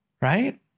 Right